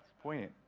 poignant.